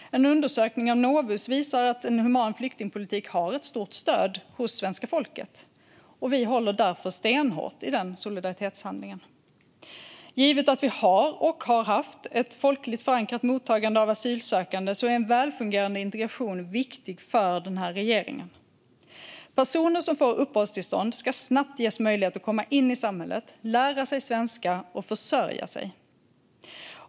En undersökning av Novus visar att en human flyktingpolitik har ett stort stöd hos svenska folket. Vi håller därför stenhårt fast vid den solidaritetshandlingen. Givet att vi har, och har haft, ett folkligt förankrat mottagande av asylsökande är en välfungerande integration viktig för den här regeringen. Personer som får uppehållstillstånd ska snabbt ges möjlighet att komma in i samhället, lära sig svenska och försörja sig.